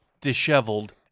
disheveled